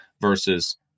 versus